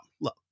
look